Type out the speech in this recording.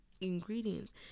ingredients